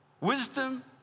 wisdom